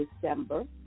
December